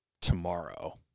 tomorrow